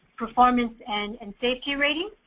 performance and and safety rating.